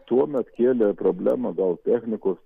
tuomet kėlė problemą gal technikos